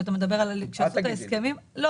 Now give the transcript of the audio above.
אתה מדבר כשעשו את ההסכמים?